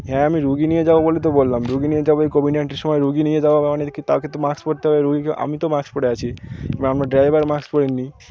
হ্যাঁ আমি রুগী নিয়ে যাবো বলে তো বললাম রুগী নিয়ে যাবোই কোভিড নাইন্টিন সময় রুগী নিয়ে যাব তা ওকে তো মাস্ক পরতে হবে রুগীকে আমি তো মাস্ক পরে আছি এবার আমরা ড্রাইভার মাস্ক পরে নি